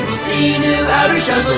see new outer shells,